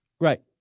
Right